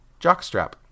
jockstrap